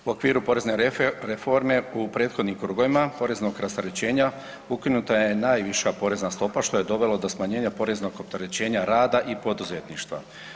U okviru porezne reforme u prethodnim krugovima poreznog rasterećenja ukinuta je najviša porezna stopa, što je dovelo do smanjenja poreznog opterećenja rada i poduzetništva.